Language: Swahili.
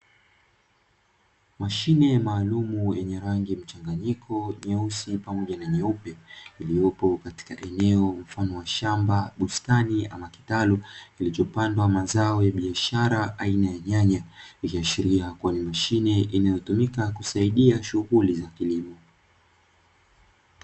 Mashine maalumu yenye rangi mchanganyiko nyeusi pamoja na nyeupe, iliyopo katika eneo mfano wa shamba, bustani ama kitalu kilichopandwa mazao ya biashara aina ya nyanya, ikiashiria kuwa ni mashine inyotumika kusaidia shughuli za kilimo.